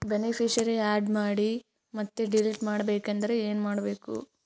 Beneficiary, add ಮಾಡಿ ಮತ್ತೆ delete ಮಾಡಬೇಕೆಂದರೆ ಏನ್ ಮಾಡಬೇಕು?